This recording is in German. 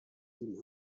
die